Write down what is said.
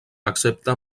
excepte